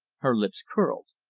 her lips curled.